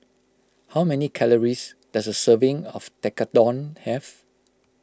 how many calories does a serving of Tekkadon have